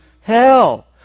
hell